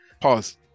pause